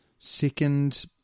Second